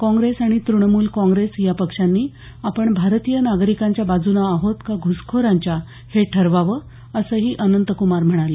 काँग्रेस आणि तृणमूल काँग्रेस या पक्षांनी आपण भारतीय नागरिकांच्या बाजूनं आहोत का घुसखोरांच्या हे ठरवावं असंही अनंतकुमार म्हणाले